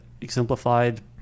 exemplified